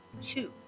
two